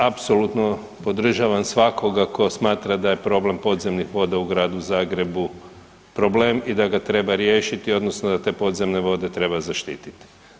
Apsolutno podržavam svakoga tko smatra da je problem podzemnih voda u Gradu Zagrebu problem i da ga treba riješiti odnosno da te podzemne vode treba zaštititi.